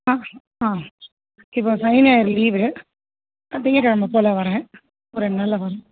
ஆ ஆ இப்போ சனி ஞாயிறு லீவு ஆ திங்கள் கிழம போல் வரேன் ஒரு ரெண்டு நாளில் வரேன்